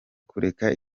kureka